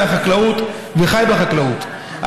מהחקלאות וחי בחקלאות,